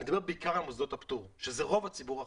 אני מדבר בעיקר על מוסדות הפטור שזה רוב הציבור החרדי.